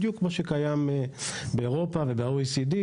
בדיוק כמו שקיים באירופה וב- OECD,